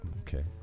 Okay